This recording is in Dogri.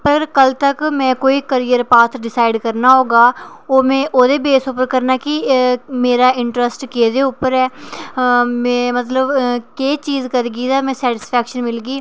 पर कल्ल तक्क में कोई करियर पाक डिसाईड करना होगा ओह् में ओह्दे बेस पर करना कि मेरा इंटरस्ट केह्दे उप्पर ऐ में मतलब केह् चीज़ करगी ते सैटीसफेक्शन मिलगी